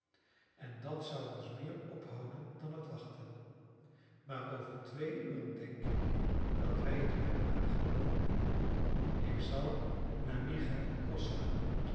en dat zou ons meer ophouden dan het wachten maar over twee uren denk ik dat wij het kunnen wagen ik zal naar michael cross gaan